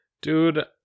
Dude